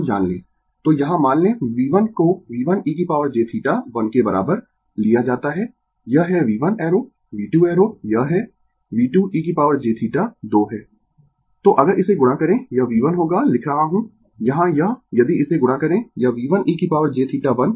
तो यहाँ मान लें V1 को V1e jθ 1 के बराबर लिया जाता है यह है V1 एरो V2 एरो यह है V2e jθ 2 है तो अगर इसे गुणा करें यह V1 होगा लिख रहा हूँ यहाँ यह यदि इसे गुणा करें यह V1e jθ1 into V2e jθ 2 है